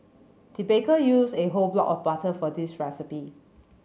the baker used a whole block of butter for this recipe